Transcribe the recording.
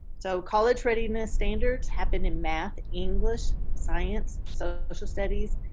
so college readiness standards have been in math, english, science, so social studies,